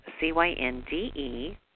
C-Y-N-D-E